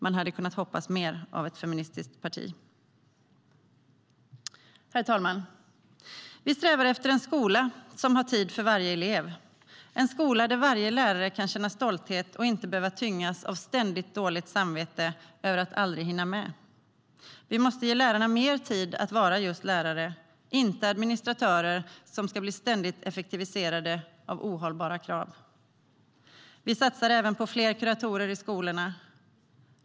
Man hade kunnat hoppas på mer av ett feministiskt parti. Herr talman! Vi strävar efter en skola som har tid för varje elev, en skola där varje lärare kan känna stolthet och inte behöver tyngas av ständigt dåligt samvete över att aldrig hinna med. Vi måste ge lärarna mer tid att vara just lärare, inte administratörer som ständigt ska bli effektiviserade av ohållbara krav. Vi satsar även på fler kuratorer i skolorna.